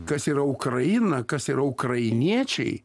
kas yra ukraina kas yra ukrainiečiai